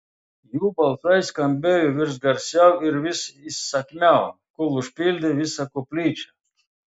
jų balsai skambėjo vis garsiau ir vis įsakmiau kol užpildė visą koplyčią